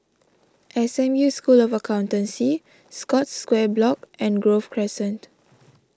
S M U School of Accountancy Scotts Square Block and Grove Crescent